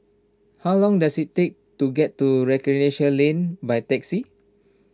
how long does it take to get to Recreation Lane by taxi